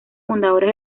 fundadores